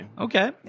Okay